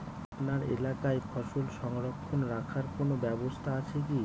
আপনার এলাকায় ফসল সংরক্ষণ রাখার কোন ব্যাবস্থা আছে কি?